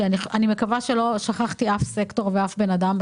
ואני מקווה שלא שכחתי אף סקטור ואף בן אדם.